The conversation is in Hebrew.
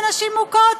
לנשים מוכות?